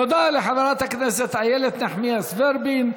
תודה לחברת הכנסת איילת נחמיאס ורבין.